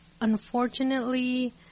unfortunately